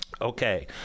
Okay